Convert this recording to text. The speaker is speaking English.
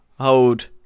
hold